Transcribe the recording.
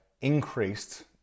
increased